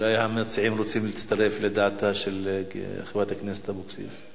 אולי המציעים רוצים להצטרף לדעתה של חברת הכנסת אבקסיס.